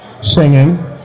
singing